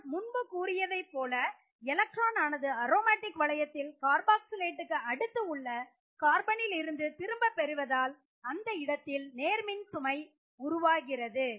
நான் முன்பு கூறியதைப் போல எலக்ட்ரான் ஆனது அரோமேட்டிக் வளையத்தில் கார்பாக்சிலேட்டுக்கு அடுத்து உள்ள கார்பனிலிருந்து திரும்பப் பெறுவதால் அந்த இடத்தில் நேர் மின்சுமை உருவாகிறது